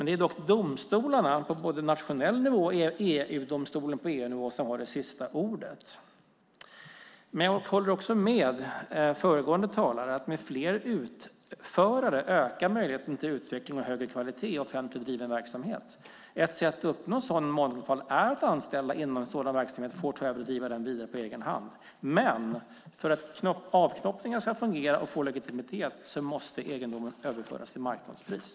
Det är dock domstolarna, både på nationell nivå och EU-domstolen på EU-nivå, som har sista ordet. Jag håller också med föregående talare om att möjligheten till utveckling och högre kvalitet i offentligt driven verksamhet ökar med fler utförare. Ett sätt att uppnå sådan mångfald är att anställda inom sådan verksamhet får ta över och driva den vidare på egen hand, men för att avknoppningar ska fungera och få legitimitet måste egendomen överföras till marknadspris.